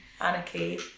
anarchy